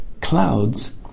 Clouds